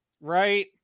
right